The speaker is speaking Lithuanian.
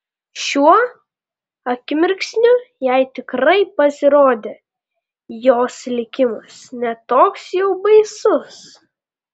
šiuo akimirksniu jai tikrai pasirodė jos likimas ne toks jau baisus